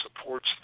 supports